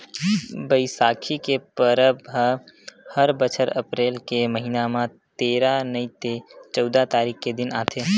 बइसाखी के परब ह हर बछर अपरेल के महिना म तेरा नइ ते चउदा तारीख के दिन आथे